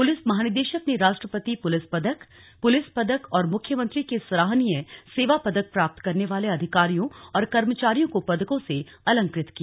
police महानिदेशक ने राष्ट्रपति पुलिस पदक पुलिस पदक और मुख्यमंत्री के सराहनीय सेवा पदक प्राप्त करने वाले अधिकारियों और कर्मचारियों को पदकों से अलंकृत किया